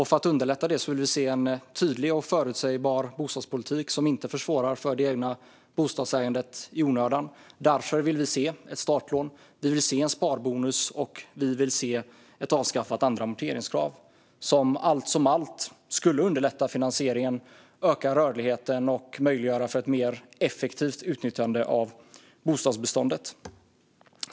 För att underlätta för detta vill vi se en tydlig och förutsägbar bostadspolitik som inte försvårar för det egna bostadsägandet i onödan. Därför vill vi se ett startlån och en sparbonus samt ett avskaffat andra amorteringskrav. Allt som allt skulle det underlätta finansieringen, öka rörligheten och göra det möjligt för ett mer effektivt utnyttjande av bostadsbeståndet.